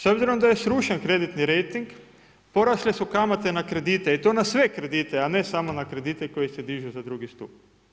S obzirom da je srušen kreditni rejting, porasle su kamate na kredite i to na sve kredite a ne samo na kredite koji se dižu za drugi stup.